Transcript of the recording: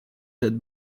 had